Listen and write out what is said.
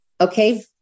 Okay